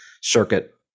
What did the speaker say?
circuit